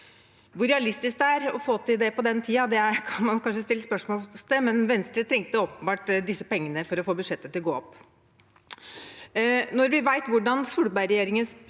Hvor realistisk det er å få til det på den tiden, kan man kanskje stille spørsmål ved, men Venstre trengte åpenbart disse pengene for å få budsjettet til å gå opp. Når vi vet hvordan Solberg-regjeringens